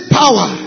power